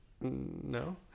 No